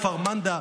כפר מנדא,